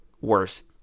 worse